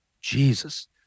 Jesus